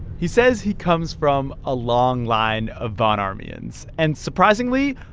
he says he comes from a long line of von ormians and, surprisingly,